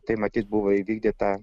tai matyt buvo įvykdyta